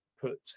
put